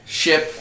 ship